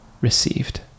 received